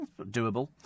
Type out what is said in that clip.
Doable